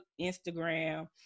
Instagram